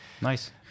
Nice